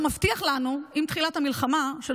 אני אתן לך דוגמה לצפיות שלך,